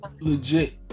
legit